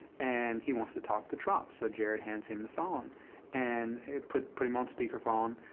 and he wants to talk to trump. so jared hands him the phone and put put him on speaker phone,